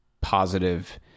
positive